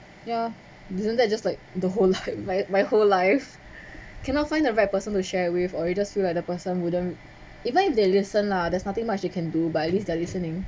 ya isn't that just like the whole life my my whole life cannot find the right person to share with or you just feel like the person wouldn't even if they listen lah there's nothing much they can do but at least they're listening